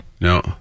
no